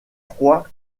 froid